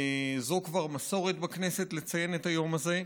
זו כבר מסורת בכנסת לציין את היום הזה.